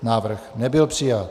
Návrh nebyl přijat.